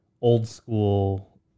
old-school